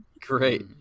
Great